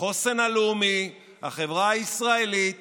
החוסן הלאומי, החברה הישראלית